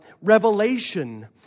revelation